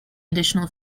additional